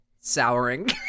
souring